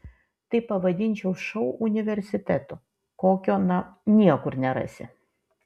tai pavadinčiau šou universitetu kokio na niekur nerasi